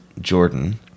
Jordan